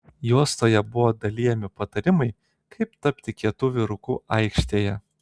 juostoje buvo dalijami patarimai kaip tapti kietu vyruku aikštėje